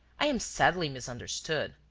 i am sadly misunderstood!